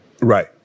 Right